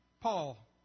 Paul